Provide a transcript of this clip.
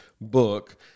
book